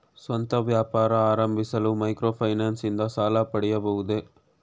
ಸ್ವಂತ ವ್ಯಾಪಾರ ಆರಂಭಿಸಲು ಮೈಕ್ರೋ ಫೈನಾನ್ಸ್ ಇಂದ ಸಾಲ ಪಡೆಯಬಹುದೇ?